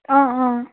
অ' অ'